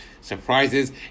surprises